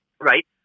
Right